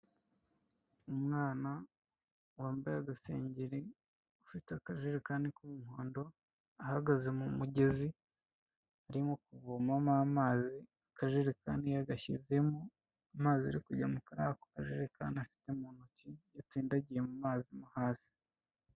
Umwana wambaye agasengeri ufite akajekani k'umuhondo ahagaze mu mugezi arimo kuvomamo amazi akajerekani yagashyizemo, amazi ari kujya muri ako kajerekani afite mu ntoki yatsindagiye mu mazi mo hasi.